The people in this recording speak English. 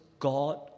God